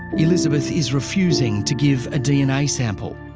elizabeth is refusing to give a dna sample,